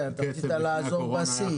כן, אתה רצית לעזוב בשיא.